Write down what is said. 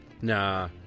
Nah